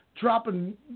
dropping